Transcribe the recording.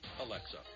Alexa